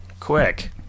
quick